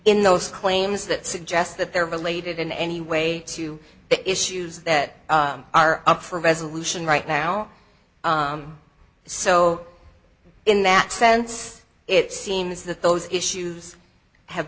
in those claims that suggests that they're related in any way to the issues that are up for resolution right now so in that sense it seems that those issues have